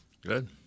Good